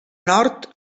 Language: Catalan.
nord